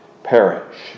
perish